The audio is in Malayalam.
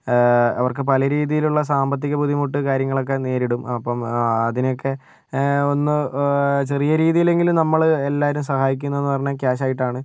അവർക്ക് പലരീതിയിലുള്ള സാമ്പത്തിക ബുദ്ധിമുട്ട് കാര്യങ്ങളൊക്കെ നേരിടും അപ്പം അതിനൊക്കെ ഒന്ന് ചെറിയ രീതിയിലെങ്കിലും നമ്മൾ എല്ലാവരും സഹായിക്കുന്നത് എന്ന് പറഞ്ഞാൽ ക്യാഷ് ആയിട്ടാണ്